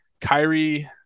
Kyrie